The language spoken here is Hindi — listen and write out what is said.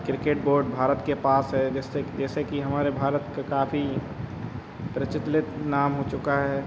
क्रिकेट बोर्ड भारत के पास है जिससे जैसे कि हमारे भारत का काफ़ी प्रचतलित नाम हो चुका है